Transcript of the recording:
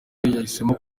yahisemo